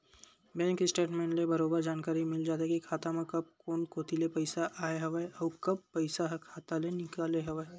bank statement ले बरोबर जानकारी मिल जाथे के खाता म कब कोन कोती ले पइसा आय हवय अउ कब पइसा ह खाता ले निकले हवय